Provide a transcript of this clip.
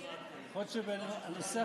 ב-3.